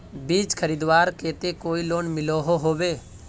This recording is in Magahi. बीज खरीदवार केते कोई लोन मिलोहो होबे?